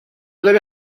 debe